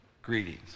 Greetings